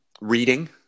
reading